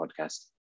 podcast